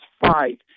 fight